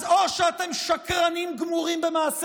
אז או שאתם שקרנים גמורים במעשה